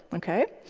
ok?